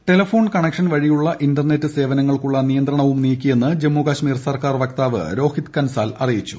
telephone connection വഴിയുള്ള internet സേവനങ്ങൾക്കുള്ള നിയന്ത്രണവും നീക്കിയെന്ന് ജമ്മുകശ്മീർ സർക്കാർ വക്താവ് രോഹിത് കൻസാൽ അറിയിച്ചു